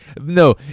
no